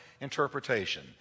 interpretation